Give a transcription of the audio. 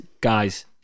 guys